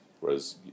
Whereas